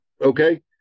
okay